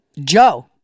Joe